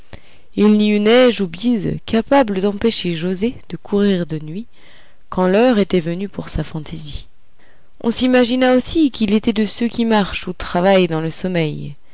il n'y eût neige ou bise capable d'empêcher joset de courir de nuit quand l'heure était venue pour sa fantaisie on s'imagina aussi qu'il était de ceux qui marchent ou travaillent dans le sommeil